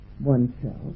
oneself